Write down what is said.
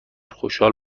خوشحال